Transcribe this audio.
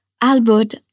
Albert